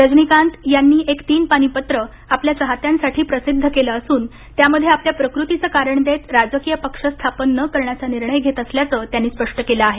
रजनीकांत यांनी एक तीन पानी पत्र आपल्या चाहत्यांसाठी प्रसिद्ध केलं असून त्यामध्ये आपल्या प्रकृतीचं कारण देत राजकीय पक्ष स्थापन न करण्याचा निर्णय घेत असल्याचं त्यांनी स्पष्ट केलं आहे